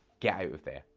get out of there.